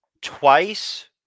twice